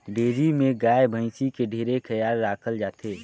dairy में गाय, भइसी के ढेरे खयाल राखल जाथे